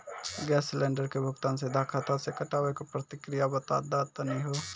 Gas cylinder के भुगतान सीधा खाता से कटावे के प्रक्रिया बता दा तनी हो?